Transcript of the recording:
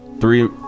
Three